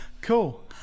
Cool